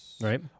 right